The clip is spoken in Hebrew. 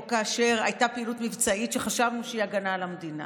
או כאשר הייתה פעילות מבצעית שחשבנו שהיא הגנה על המדינה,